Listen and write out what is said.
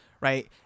Right